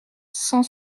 cent